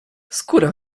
skóra